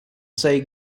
sei